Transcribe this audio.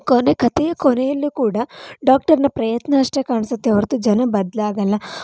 ಕೊನೆ ಕಥೆಯ ಕೊನೆಯಲ್ಲೂ ಕೂಡ ಡಾಕ್ಟರ್ನ ಪ್ರಯತ್ನ ಅಷ್ಟೇ ಕಾಣಿಸುತ್ತೇ ಹೊರತು ಜನ ಬದಲಾಗಲ್ಲ